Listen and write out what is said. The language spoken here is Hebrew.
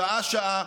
שעה-שעה,